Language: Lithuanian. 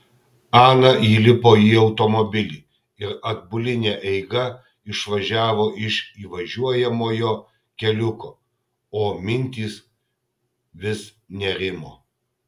ana įlipo į automobilį ir atbuline eiga išvažiavo iš įvažiuojamojo keliuko o mintys vis nerimo